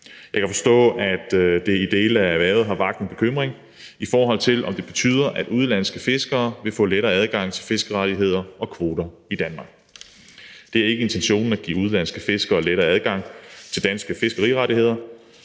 Jeg kan forstå, at det i dele af erhvervet har vakt en bekymring, i forhold til om det betyder, at udenlandske fiskere vil få lettere adgang til fiskerettigheder og -kvoter i Danmark. Det er ikke intentionen at give udenlandske fiskere lettere adgang til danske fiskerettigheder,